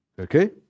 Okay